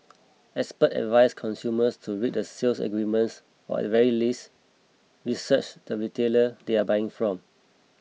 experts advise consumers to read the sales agreements or at the very least research the retailer they are buying from